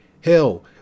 Hell